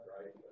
Right